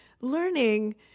learning